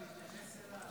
צריך להתייחס אליו?